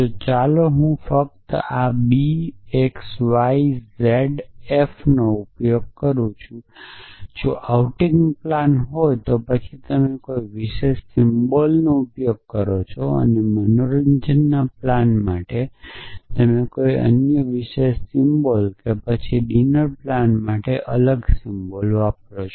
તો ચાલો હું ફક્ત આ b x y z f નો ઉપયોગ કરું જો આઉટિંગ પ્લાન હોય તો પછી તમે તેનામાટે કોઈ વિશેષ સિમ્બોલનો ઉપયોગ કરો અને મનોરંજનના પ્લાન માટે કોઈપણ બીજો વિશેષ સિમ્બોલ અને પછી ડિનર પ્લાન માટે અલગ સિમ્બોલ વાપરો